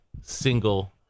single